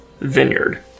vineyard